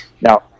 now